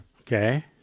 Okay